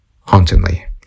hauntingly